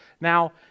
Now